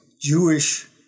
Jewish